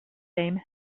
same